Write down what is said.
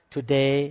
Today